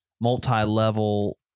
multi-level